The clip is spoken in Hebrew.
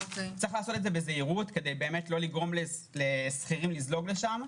צריך לעשות את זה בזהירות כדי לא לגרות לשכירים לזלוג לשם,